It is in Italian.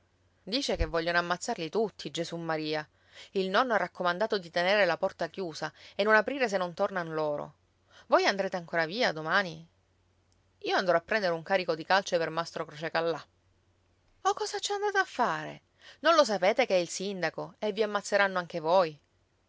dice che vogliono ammazzarli tutti gesummaria il nonno ha raccomandato di tenere la porta chiusa e non aprire se non tornan loro voi andrete ancora via domani io andrò a prendere un carico di calce per mastro croce callà o cosa ci andate a fare non lo sapete che è il sindaco e vi ammazzeranno anche voi